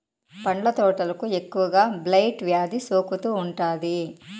పండ్ల తోటలకు ఎక్కువగా బ్లైట్ వ్యాధి సోకుతూ ఉంటాది